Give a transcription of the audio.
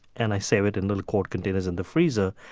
and i save it in little quart containers in the freezer.